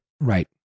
Right